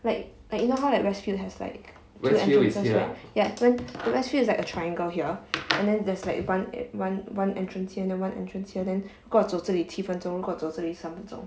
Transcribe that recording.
like like you know how like westfield has like two entrances right ya we~ westfield is like a triangle here and then there's like one a~ one one entrance here then one entrance here then 如果走这里七分钟如果走这里三分钟